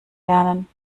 lernen